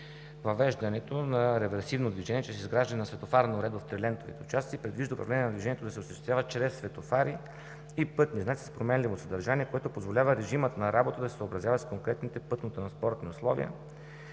Въвеждането на реверсивно движение чрез изграждане на светофарна уредба в трилентовите участъци предвижда управлението на движението да се осъществява чрез светофари и пътни знаци с променливо съдържание, което позволява режимът на работа да се съобразява с конкретните пътнотранспортни условия,